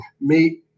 meet